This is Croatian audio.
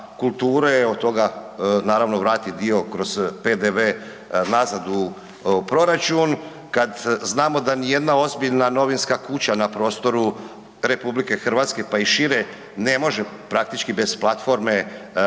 od toga, naravno, vrati dio kroz PDV nazad u proračun, kad znamo da nijedna ozbiljna novinska kuća na prostoru RH, pa i šire ne može praktički bez platforme